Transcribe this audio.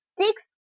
six